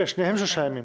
כן, בשניהם שלושה ימים.